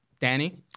Danny